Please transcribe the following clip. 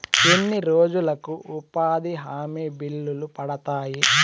ఎన్ని రోజులకు ఉపాధి హామీ బిల్లులు పడతాయి?